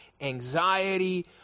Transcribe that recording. anxiety